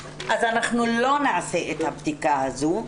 אנחנו לא נעשה את הבדיקה הזו.